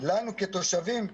לנו כתושבים,